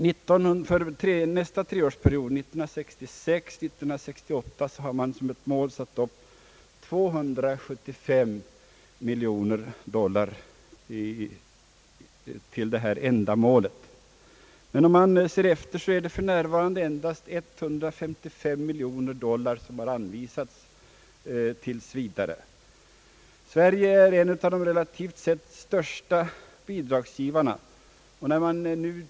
För nästa treårsperiod, 1966—1968, har man som ett mål satt upp 275 miljoner dollar till detta ändamål. Men om man ser efter finner man att för närvarande endast 155 miljoner dollar anvisats. Sverige är en av de relativt sett största bidragsgivarna.